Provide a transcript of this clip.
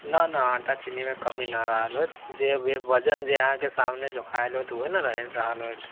न न आटा चिन्नीमे कमी ना रहल होत जे भी वजन जे अहाँ के सामने जोखायल होत ओतबे ने रहल होत